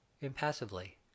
impassively